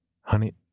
Honey